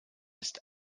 ist